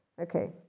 Okay